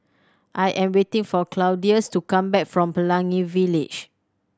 I am waiting for Claudius to come back from Pelangi Village